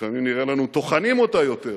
לפעמים נראה לנו טוחנים אותה יותר.